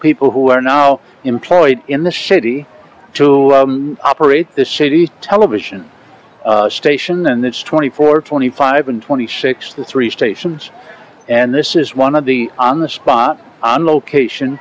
people who are now employed in the shady to operate the city's television station and that's twenty four twenty five and twenty six to three stations and this is one of the on the spot on location